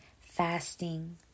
fasting